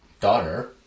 daughter